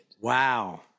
Wow